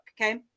Okay